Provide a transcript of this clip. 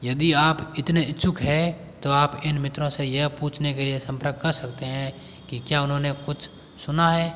यदि आप इतने इच्छुक हैं तो आप इन मित्रों से यह पूछने के लिए संपर्क कर सकते हैं कि क्या उन्होंने कुछ सुना है